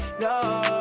No